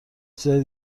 چیزای